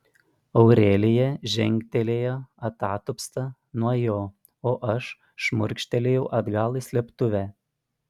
aurelija žengtelėjo atatupsta nuo jo o aš šmurkštelėjau atgal į slėptuvę